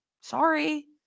sorry